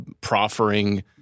proffering